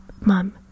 mom